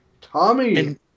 Tommy